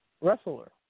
wrestler